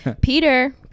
Peter